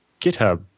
GitHub